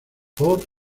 por